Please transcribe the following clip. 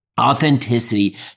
authenticity